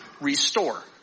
restore